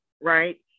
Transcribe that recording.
right